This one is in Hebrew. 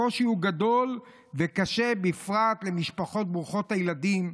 הקושי הוא גדול וקשה בפרט למשפחות ברוכות הילדים,